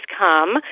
come